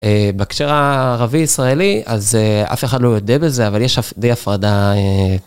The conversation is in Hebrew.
בקשר הערבי-ישראלי, אז אף אחד לא יודה בזה, אבל יש די הפרדה.